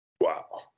Wow